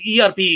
erp